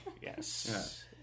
Yes